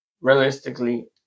realistically